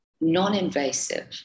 non-invasive